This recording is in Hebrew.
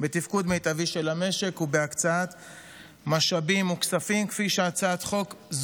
ולכן הוא לא הצליח לצעוק יותר.